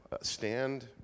stand